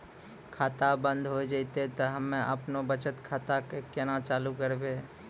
खाता बंद हो जैतै तऽ हम्मे आपनौ बचत खाता कऽ केना चालू करवै?